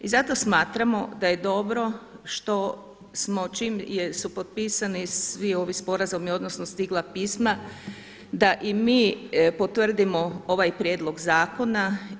I zato smatramo da je dobro što smo čim su potpisani svi ovi sporazumi odnosno stigla pisma da i mi potvrdimo ovaj prijedlog zakona.